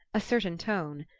a certain tone.